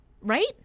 right